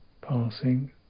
passing